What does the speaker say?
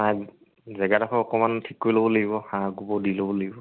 নাই জেগাডোখৰ অকণমান ঠিক কৰি ল'ব লাগিব হাঁহ গোবৰ দি ল'ব লাগিব